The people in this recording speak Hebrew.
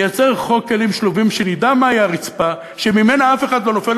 נייצר חוק כלים שלובים ונדע מה היא הרצפה שממנה אף אחד לא נופל,